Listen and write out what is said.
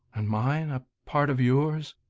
and mine a part of yours?